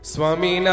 Swami